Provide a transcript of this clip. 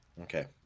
Okay